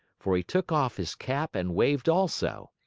for he took off his cap and waved also.